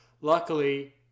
luckily